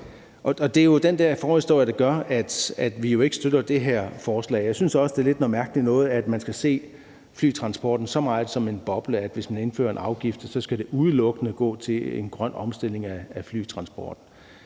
Det er jo den her forhistorie, der gør, at vi ikke støtter det her forslag. Jeg synes også, det er noget lidt mærkeligt noget, at man skal se flytransporten så meget som en boble, at hvis man indfører en afgift, skal det udelukkende gå til en grøn omstilling af flytransporten.